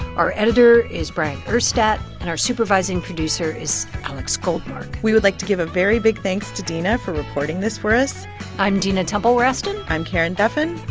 our editor is bryant urstadt. and our supervising producer is alex goldmark we would like to give a very big thanks to dina for reporting this for us i'm dina temple-raston i'm karen duffin.